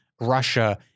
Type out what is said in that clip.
Russia